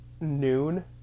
noon